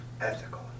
Ethical